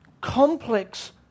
complex